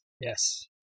Yes